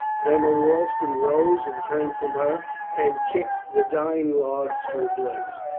colonel royston rose and turned from her and kicked the dying logs to a blaze.